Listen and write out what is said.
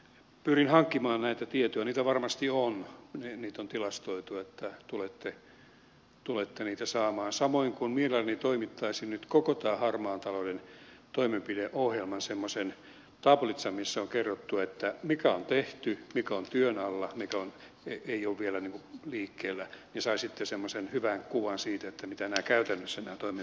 pyrin hankkimaan näitä tietoja niitä varmasti on niitä on tilastoitu niin että tulette niitä saamaan samoin kuin mielelläni toimittaisin nyt koko tämän harmaan talouden toimenpideohjelman semmoisen tablitsan missä on kerrottu että mikä on tehty mikä on työn alla mikä ei ole vielä liikkeellä niin että saisitte semmoisen hyvän kuvan siitä mitä nämä toimenpiteet käytännössä ovat